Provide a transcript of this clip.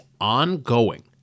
ongoing